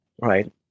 right